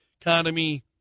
economy